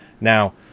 Now